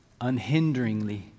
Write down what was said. unhinderingly